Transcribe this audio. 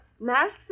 masks